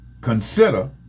consider